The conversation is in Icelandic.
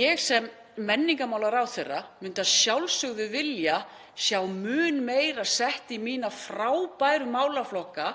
Ég sem menningarmálaráðherra myndi að sjálfsögðu vilja sjá mun meira sett í mína frábæru málaflokka